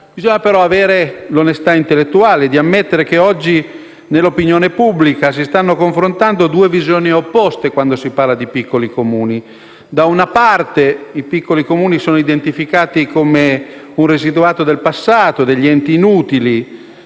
Bisogna però avere l'onestà intellettuale di ammettere che oggi nell'opinione pubblica si stanno confrontando due visioni opposte quando si parla di piccoli Comuni: da una parte sono identificati come un residuato del passato, come degli enti inutili,